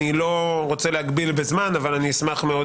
אני לא רוצה להגביל בזמן אבל אני אשמח מאוד